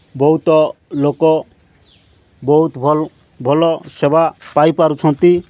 ବହୁତ ଲୋକ ବହୁତ ଭଲ ଭଲ ସେବା ପାଇପାରୁଛନ୍ତି